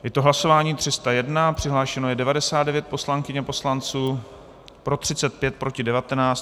Je to hlasování 301, přihlášeno je 99 poslankyň a poslanců, pro 35, proti 19.